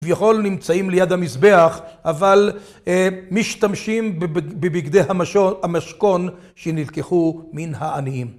כביכול נמצאים ליד המזבח, אבל אה... משתמשים בב... בבגדי המשון... המשכון שנלקחו מן העניים.